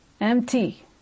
Empty